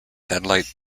satellite